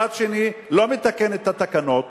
מצד שני לא מתקן את התקנות,